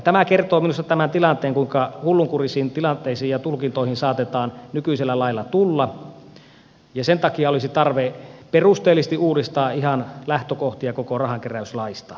tämä kertoo minusta tämän tilanteen kuinka hullunkurisiin tilanteisiin ja tulkintoihin saatetaan nykyisellä lailla tulla ja sen takia olisi tarve perusteellisesti uudistaa ihan lähtökohtia koko rahankeräyslaista